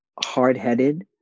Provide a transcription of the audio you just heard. hard-headed